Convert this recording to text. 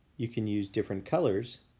you can use different colors.